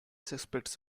suspects